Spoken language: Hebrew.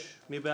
78 מי בעד?